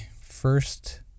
first